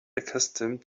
accustomed